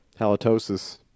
Halitosis